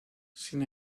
sin